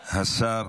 השר,